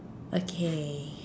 okay